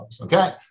okay